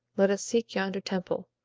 let us seek yonder temple,